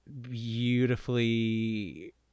beautifully